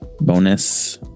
bonus